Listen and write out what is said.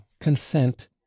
consent